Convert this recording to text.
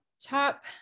top